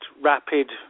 rapid